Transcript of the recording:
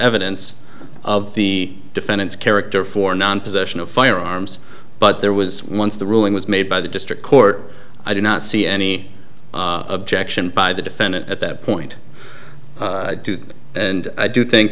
evidence of the defendant's character for non possession of firearms but there was once the ruling was made by the district court i did not see any objection by the defendant at that point and i do think